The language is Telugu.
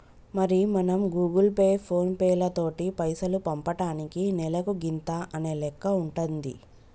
మరి మనం గూగుల్ పే ఫోన్ పేలతోటి పైసలు పంపటానికి నెలకు గింత అనే లెక్క ఉంటుంది